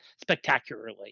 Spectacularly